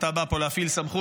אתה בא פה להפעיל סמכות?